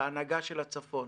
ההנהגה של הצפון.